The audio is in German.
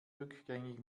rückgängig